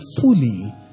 fully